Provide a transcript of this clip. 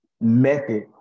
method